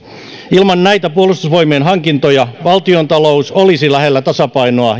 ilman näitä puolustusvoimien hankintoja valtiontalous olisi lähellä tasapainoa